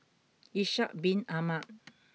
Ishak bin Ahmad